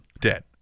Dead